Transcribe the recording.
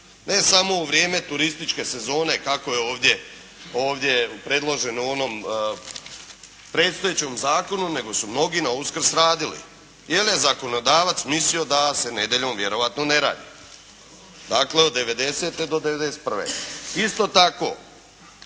Ne samo u vrijeme turističke sezone kako je ovdje predloženo u onom predstojećem zakonu, nego su mnogi na Uskrs radili, jer je zakonodavac mislio da se nedjeljom vjerojatno ne radi. Dakle, od '90.-te do '91. Isto tako,